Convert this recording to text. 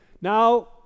Now